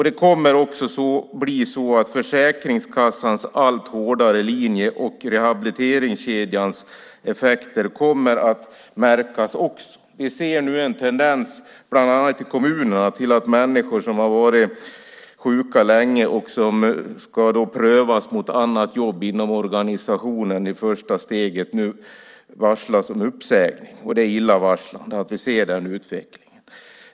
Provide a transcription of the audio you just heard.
Det kommer också att bli så att Försäkringskassans allt hårdare linje och rehabiliteringskedjans effekter märks. Vi ser nu en tendens, bland annat i kommunerna, till att människor som har varit sjuka länge och som ska prövas mot annat jobb inom organisationen i första steget nu varslas om uppsägning. Den utvecklingen är illavarslande.